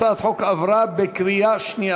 הצעת החוק עברה בקריאה שנייה.